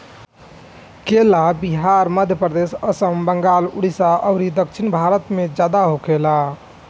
केला बिहार, मध्यप्रदेश, आसाम, बंगाल, उड़ीसा अउरी दक्षिण भारत में ज्यादा होखेला